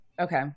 Okay